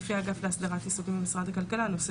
לפי האגף להסדרת עיסוקים במשרד הכלכלה הנושא